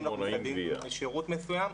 אם אנחנו מסבסדים שירות מסוים,